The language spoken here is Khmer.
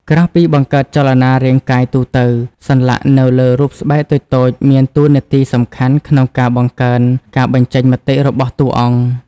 ក្រៅពីបង្កើតចលនារាងកាយទូទៅ សន្លាក់នៅលើរូបស្បែកតូចៗមានតួនាទីសំខាន់ក្នុងការបង្កើនការបញ្ចេញមតិរបស់តួអង្គ។